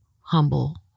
humble